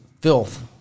filth